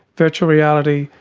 virtual reality,